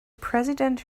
president